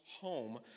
home